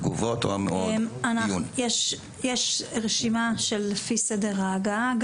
יש רשימה לפי סדר ההגעה.